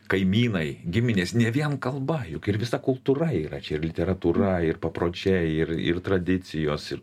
kaimynai giminės ne vien kalba juk ir visa kultūra yra čia ir literatūra ir papročiai ir ir tradicijos ir